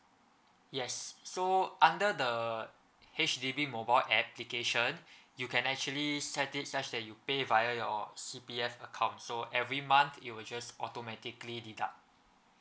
yes so under the H_D_B mobile application you can actually set it such that you pay via your C_P_F account so every month you will just automatically deduct